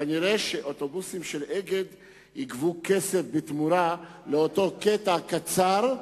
כנראה אוטובוסים של "אגד" יגבו כסף בתמורה לאותו קטע קצר.